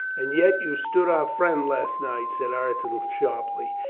and yet you stood our friend last night, said ireton sharply,